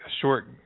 short